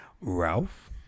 Ralph